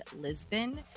Lisbon